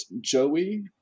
Joey